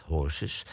Horses